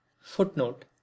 footnote